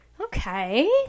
Okay